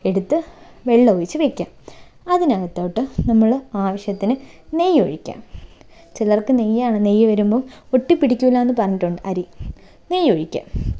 എടുത്ത് വെള്ളമൊഴിച്ച് വയ്ക്കുക അതിനകത്തോട്ട് നമ്മൾ ആവശ്യത്തിന് നെയ്യ് ഒഴിക്കുക ചിലർക്ക് നെയ്യാണ് നെയ്യ് വരുമ്പം ഒട്ടിപിടിക്കില്ലെന്ന് പറഞ്ഞിട്ടുണ്ട് അരി നെയ്യ് ഒഴിക്കുക